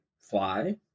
fly